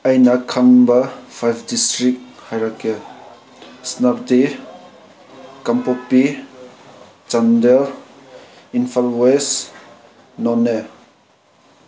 ꯑꯩꯅ ꯈꯪꯕ five district ꯍꯥꯏꯔꯛꯀꯦ ꯁꯦꯅꯥꯄꯇꯤ ꯀꯥꯡꯄꯣꯛꯄꯤ ꯆꯥꯟꯗꯦꯜ ꯏꯝꯐꯥꯜ ꯋꯦꯁ ꯅꯣꯅꯦ